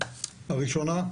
הראשונה: